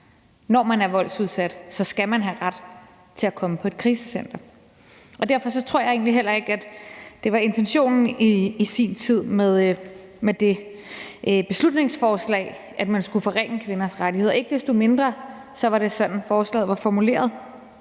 køn man har, skal man have ret til at komme på et krisecenter, når man er voldsudsat. Derfor tror jeg egentlig heller ikke, at det i sin tid var intentionen med det beslutningsforslag, at man skulle forringe kvinders rettigheder. Ikke desto mindre var det sådan, forslaget var formuleret,